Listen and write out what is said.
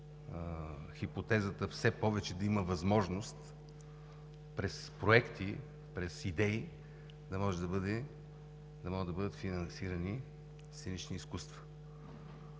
хипотезата все повече да има възможност през проекти, през идеи, да може да бъдат финансирани сценични изкуства.